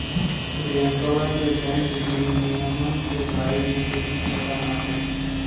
रियंकवा के बैंक विनियमन के बारे में कुछ भी पता ना हई